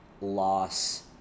loss